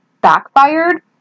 backfired